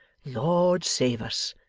lord save us!